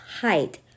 height